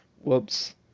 Whoops